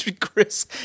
Chris